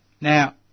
Now